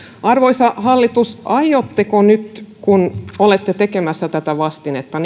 arvoisa hallitus aiotteko nyt kun olette tekemässä tätä vastinetta